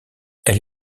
elle